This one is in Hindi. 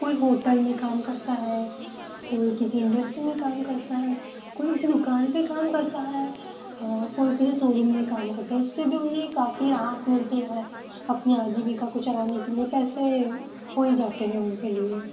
कोई होटल में काम करता है कोई किसी इंडस्ट्री में काम करता है कोई किसी दुकान पर काम करता है कोई किसी सोरूम में काम करता है उससे भी उन्हें काफ़ी राहत मिलती है अपने आजीविका को चलाने के लिए पैसे हो ही जाते हैं उनके लिए